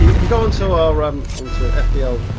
if you go and so um um onto fbl